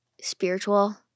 spiritual